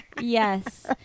Yes